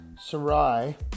Sarai